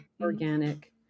organic